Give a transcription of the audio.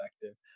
effective